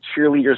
cheerleaders